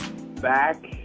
back